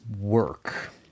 work